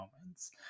moments